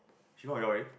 she found a job already